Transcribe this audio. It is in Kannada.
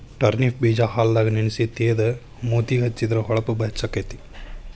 ಟರ್ನಿಪ್ ಬೇಜಾ ಹಾಲದಾಗ ನೆನಸಿ ತೇದ ಮೂತಿಗೆ ಹೆಚ್ಚಿದ್ರ ಹೊಳಪು ಹೆಚ್ಚಕೈತಿ